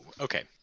okay